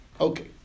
Okay